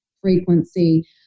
frequency